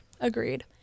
Agreed